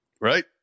Right